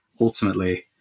ultimately